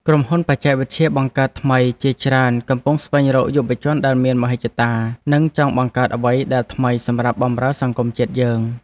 ក្រុមហ៊ុនបច្ចេកវិទ្យាបង្កើតថ្មីជាច្រើនកំពុងស្វែងរកយុវជនដែលមានមហិច្ឆតា និងចង់បង្កើតអ្វីដែលថ្មីសម្រាប់បម្រើសង្គមជាតិយើង។